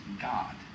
God